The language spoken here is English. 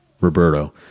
Roberto